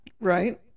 Right